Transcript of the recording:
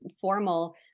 formal